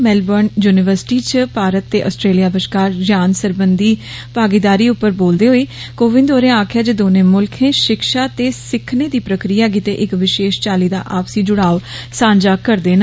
Melbourne university च भारत ते Australia बश्कार ज्ञान सरबंधी भागीदारी उप्पर बोलदे होर कोविन्द होरें आम्खेआ जे दोने मुल्ख शिक्षा ते सिखने दी प्रक्रिया गिते इक विशेष चाली दी आपसी जुडाव सांझा करदे न